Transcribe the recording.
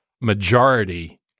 majority